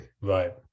Right